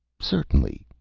certainly,